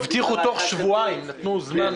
הבטיחו שיינתן מענה תוך שבועיים, קבעו זמן.